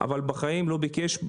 ובחיים לא ביקש,